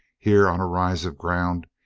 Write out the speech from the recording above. here, on a rise of ground,